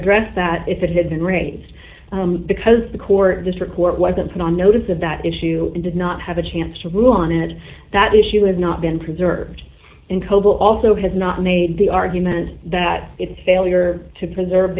addressed that if it had been ratings because the court district court wasn't put on notice of that issue and did not have a chance to rule on it that issue has not been preserved in coble also has not made the argument that its failure to preserve